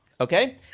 Okay